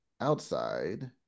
outside